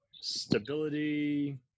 stability